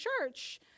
church